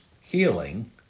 healing